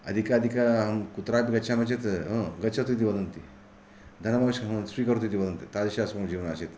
अधिकाधिकम् अहं कुत्रापि गच्छामि चेत् गच्छतु इति वदन्ति धनमवश्यकं वा स्वीकरोतु इति वदन्ति तादृशम् अस्माकं जीवनम् आसीत्